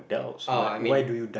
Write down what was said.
uh I mean